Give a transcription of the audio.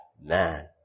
man